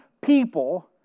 people